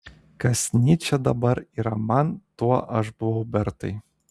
kas nyčė dabar yra man tuo aš buvau bertai